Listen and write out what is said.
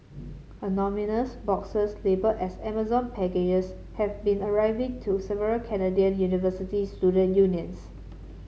anonymous boxes labelled as Amazon packages have been arriving to several Canadian university student unions